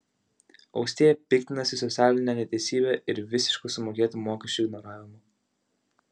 austėja piktinasi socialine neteisybe ir visišku sumokėtų mokesčių ignoravimu